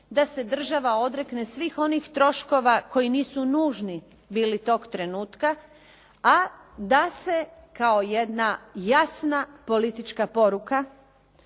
da se država odrekne svih onih troškova koji nisu nužni tog trenutka, a da se kao jedna jasna politička poruka